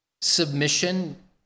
Submission